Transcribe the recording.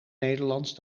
nederlands